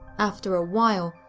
after a while,